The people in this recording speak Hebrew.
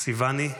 סיוני?